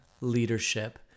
leadership